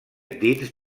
dins